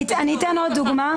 אני אתן עוד דוגמה.